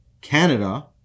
Canada